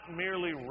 merely